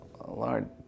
Lord